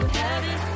heaven